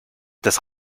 das